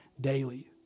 daily